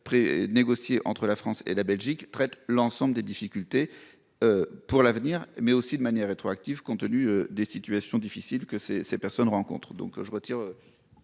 Négocié entre la France et la Belgique traite l'ensemble des difficultés. Pour l'avenir mais aussi de manière rétroactive, compte tenu des situations difficiles que ces ces personnes rencontrent